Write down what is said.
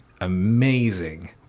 amazing